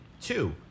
Two